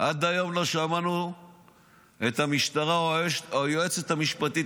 עד היום לא שמענו את המשטרה או היועצת המשפטית